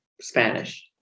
Spanish